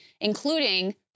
including